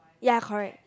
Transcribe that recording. ya correct